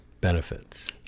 benefits